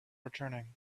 returning